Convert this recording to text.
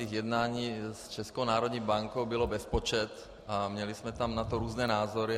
A těch jednání s Českou národní bankou bylo bezpočet a měli jsme tam na to různé názory.